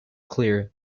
clear